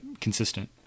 consistent